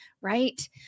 right